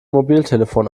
mobiltelefon